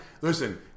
Listen